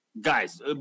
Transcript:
Guys